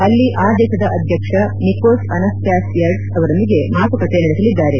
ಅಲ್ಲಿ ಆ ದೇಶದ ಅಧ್ಯಕ್ಷ ನಿಕೋಸ್ ಅನಸ್ತಾಸಿಯಡ್ಸ್ ಅವರೊಂದಿಗೆ ಮಾತುಕತೆ ನಡೆಸಲಿದ್ದಾರೆ